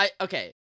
Okay